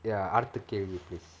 ya அடுத்த கேள்வி:adutha kelvi please